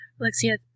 Alexia